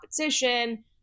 competition